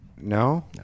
No